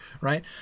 right